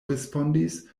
respondis